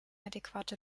adäquate